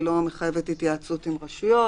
היא לא מחייבת התייעצות עם רשויות,